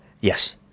Yes